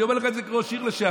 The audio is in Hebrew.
אני אומר לך את זה כראש עיר לשעבר.